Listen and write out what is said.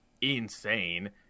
insane